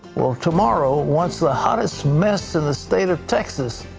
well, tomorrow, once the hottest mess in the state of texas,